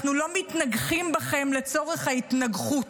אנחנו לא מתנגחים בכם לצורך ההתנגחות,